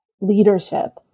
leadership